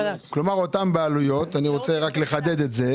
כלומר, אותן בעלויות אני רוצה לחדד את זה